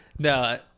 No